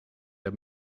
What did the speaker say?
der